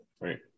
right